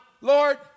Lord